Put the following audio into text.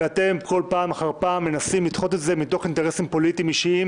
ואתם פעם אחר פעם מנסים לדחות את זה מתוך אינטרסים פוליטיים אישיים,